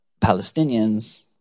Palestinians